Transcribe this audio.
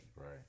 Right